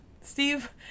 Steve